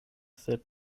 sed